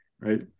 right